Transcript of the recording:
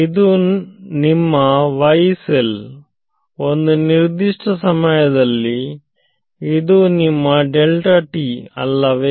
ಇದು ನಿಮ್ಮ y cell ಒಂದು ನಿರ್ದಿಷ್ಟ ಸಮಯದಲ್ಲಿ ಇದು ನಿಮ್ಮ ಅಲ್ಲವೇ